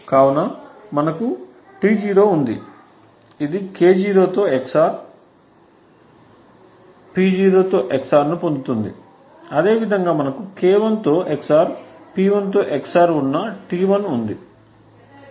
కాబట్టి మనకు T0 ఉంది ఇది K0 తో XOR P0 తో XOR ను పొందుతుంది అదేవిధంగా మనకు K1 తో XOR P1 తో XOR ఉన్న T1 ఉంది